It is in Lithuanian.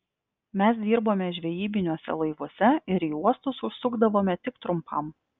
mes dirbome žvejybiniuose laivuose ir į uostus užsukdavome tik trumpam